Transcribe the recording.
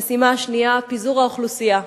המשימה השנייה, פיזור האוכלוסייה.